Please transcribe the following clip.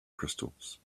crystals